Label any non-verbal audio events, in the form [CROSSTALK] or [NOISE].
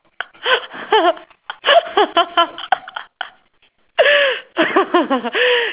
[LAUGHS]